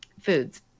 foods